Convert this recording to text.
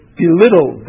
belittle